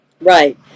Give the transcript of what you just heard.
Right